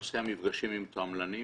נושא המפגשים עם תועמלנים